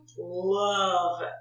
love